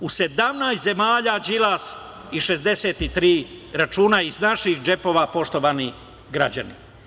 U 17 zemalja Đilas 63 računa iz naših džepova, poštovani građani.